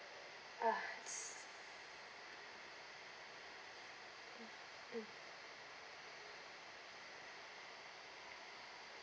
ah